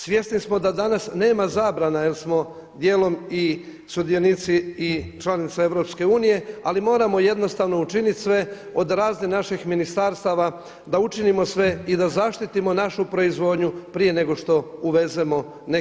Svjesni smo da danas nema zabrana jer smo dijelom i sudionici i članica EU ali moramo jednostavno učiniti sve od raznih naših ministarstava, da učinimo sve i da zaštitimo našu proizvodnju prije nego što uvezemo neki novi proizvod.